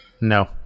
no